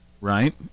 right